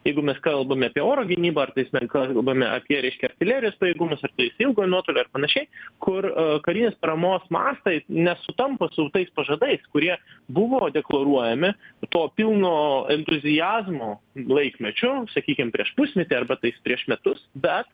jeigu mes kalbame apie oro gynybą ar tais na kalbame apie reiškia artilerijos pajėgumus ar tais ilgo nuotolio ar panašiai kur a karinės paramos mastai nesutampa su tais pažadais kurie buvo deklaruojami to pilno entuziazmo laikmečiu sakykim prieš pusmetį arba tais prieš metus bet